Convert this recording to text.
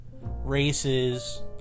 races